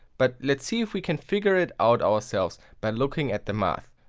but let's see if we can figure it out ourselves by looking at the math.